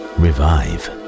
revive